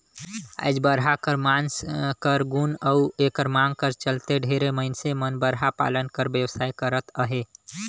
आएज बरहा कर मांस कर गुन अउ एकर मांग कर चलते ढेरे मइनसे मन बरहा पालन कर बेवसाय करत अहें